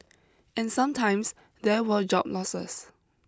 and sometimes there were job losses